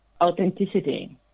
authenticity